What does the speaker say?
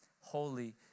Holy